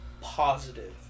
positive